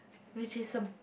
which is a